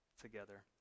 together